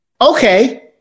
okay